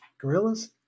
Gorillas